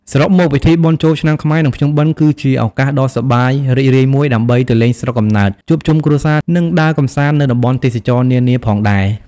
សរុបមកពិធីបុណ្យចូលឆ្នាំខ្មែរ និងភ្ជុំបិណ្ឌគឺជាឱកាសដ៏សប្បាយរីករាយមួយ ដើម្បីទៅលេងស្រុកកំណើត ជួបជុំគ្រួសារ និងដើរកំសាន្តទៅតំបន់ទេសចរណ៍នានាផងដែរ។